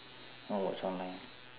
I watch online